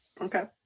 Okay